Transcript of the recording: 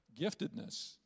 giftedness